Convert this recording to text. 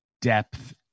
depth